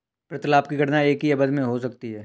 प्रतिलाभ की गणना एक ही अवधि में हो सकती है